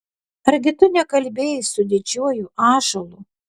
argi tu nekalbėjai su didžiuoju ąžuolu